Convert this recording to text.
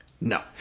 No